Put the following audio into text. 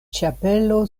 ĉapelo